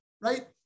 right